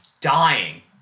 dying